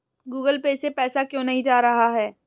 Google Pay से पैसा क्यों नहीं जा रहा है?